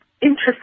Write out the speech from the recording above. interest